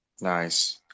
Nice